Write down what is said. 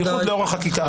בייחוד לאור החקיקה הזאת.